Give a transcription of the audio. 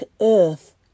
earth